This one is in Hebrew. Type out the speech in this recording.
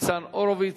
ניצן הורוביץ.